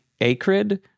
acrid